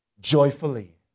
joyfully